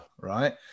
right